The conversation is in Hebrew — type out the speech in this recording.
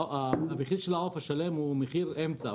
המחיר של העוף השלם הוא מחיר אמצע,